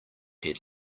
head